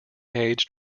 age